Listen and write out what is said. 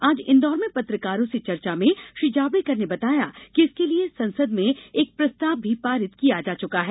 आज इंदौर में पत्रकारों से चर्चा में श्री जावड़ेकर ने बताया कि इसके लिये संसद में एक प्रस्ताव भी पारित किया जा चुका है